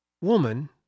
Woman